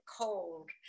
cold